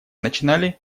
начинали